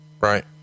right